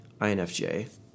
INFJ